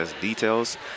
details